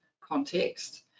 context